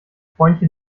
freundchen